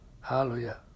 Hallelujah